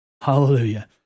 Hallelujah